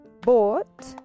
bought